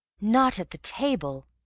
not at the table?